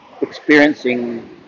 experiencing